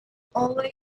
always